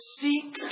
seek